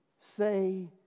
say